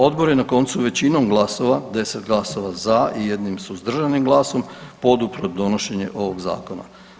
Odbor je na koncu većinom glasova, 10 glasova za i jednim suzdržanim glasom podupro donošenje ovog zakona.